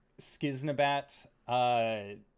Skiznabat